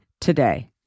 today